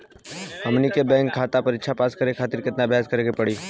हमनी के बैंक के परीक्षा पास करे खातिर केतना अभ्यास करे के पड़ी?